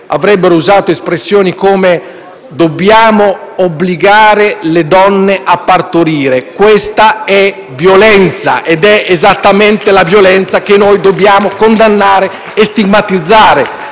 corso dei mesi passati, quali «Dobbiamo obbligare le donne a partorire». Questa è violenza ed è esattamente la violenza che noi dobbiamo condannare e stigmatizzare.